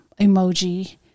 emoji